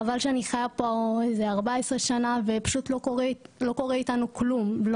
חבל שאני חיה פה 14 שנה ופשוט לא קורה איתנו כלום,